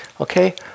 Okay